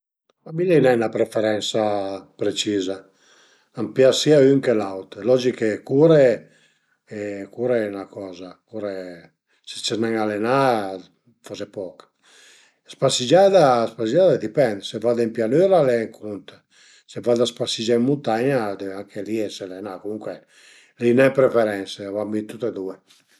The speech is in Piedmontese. Ma mi l'ai nen 'na preferensa preciza, a m'pias sia ün che l'aut, al e logich che cure e cure al e 'na coza, cure se ses nen alenà, faze poch. Spasegiada, spasegiada a dipend, se vade ën pianüra al e ün cunt, se vade a spasegé ën muntagna deve anche li ese alenà, comuncue l'ai nen dë preferense, a van bin tute due